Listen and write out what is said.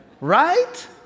Right